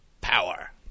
power